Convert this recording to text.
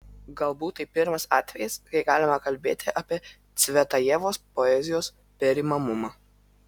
galbūt tai pirmas atvejis kai galima kalbėti apie cvetajevos poezijos perimamumą